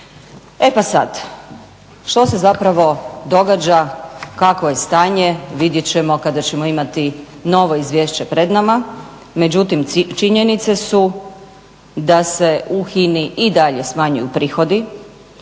E pa sad, što se zapravo događa, kakvo je stanje vidjet ćemo kada ćemo imati novo izvješće pred nama, međutim činjenice su da se u HINA-i i dalje smanjuju prihodi.